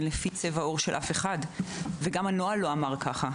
לפי צבע עור של אף אחד וגם הנוהל לא אמר כך,